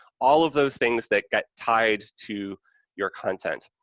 all of those things that got tied to your content.